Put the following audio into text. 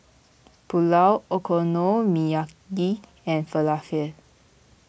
Pulao Okonomiyaki and Falafel